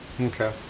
Okay